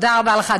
תודה רבה לך.